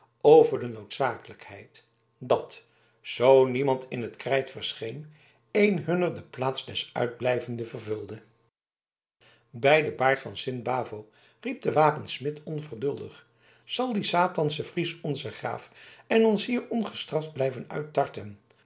over de noodzakelijkheid dat zoo niemand in het krijt verscheen een hunner de plaats des uitblijvenden vervulde bij den baard van sint bavo riep de wapensmid onverduldig zal die satansche fries onzen graaf en ons hier ongestraft blijven uittarten